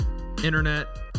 internet